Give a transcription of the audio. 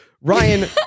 Ryan